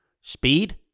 speed